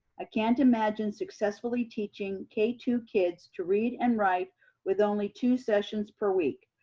i can't imagine successfully teaching k two kids to read and write with only two sessions per week.